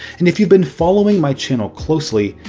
and if you've been following my channel closely,